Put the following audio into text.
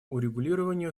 урегулированию